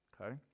okay